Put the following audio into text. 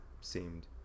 seemed